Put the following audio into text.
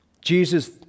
Jesus